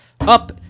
up